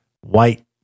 white